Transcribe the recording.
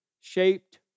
shaped